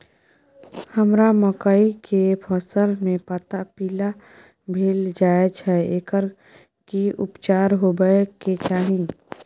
हमरा मकई के फसल में पता पीला भेल जाय छै एकर की उपचार होबय के चाही?